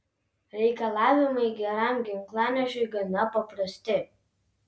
reikalavimai geram ginklanešiui gana paprasti